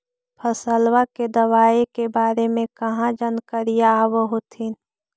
फसलबा के दबायें के बारे मे कहा जानकारीया आब होतीन?